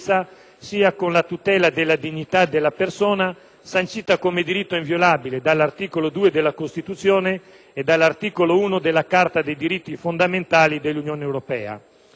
sancita come diritto inviolabile dall'articolo 2 della Costituzione e dall'articolo 1 della Carta dei diritti fondamentali dell'Unione europea. Inoltre, la norma appare violare il principio di legalità